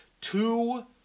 two